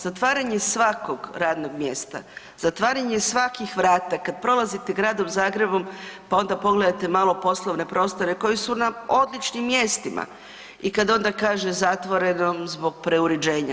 Zatvaranje svakog raznog mjesta, zatvaranje svakih vrata kad prolazite gradom Zagrebom, pa onda pogledate malo poslovne prostore koji su na odličnim mjestima i kad onda kaže zatvoreno zbog preuređenja.